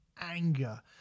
anger